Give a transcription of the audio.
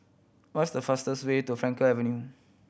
what's the fastest way to Frankel Ever New